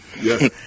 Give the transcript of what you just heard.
Yes